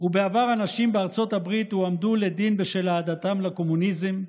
ובעבר אנשים בארצות הברית הועמדו לדין בשל אהדתם לקומוניזם,